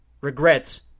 regrets